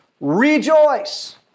rejoice